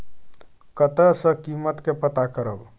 कतय सॅ कीमत के पता करब?